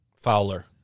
Fowler